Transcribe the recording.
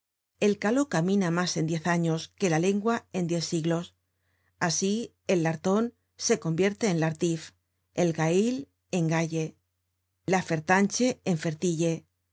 el caló camina mas en diez años que la lengua en diez siglos asi el larton se convierte en lartíf el gail en gaye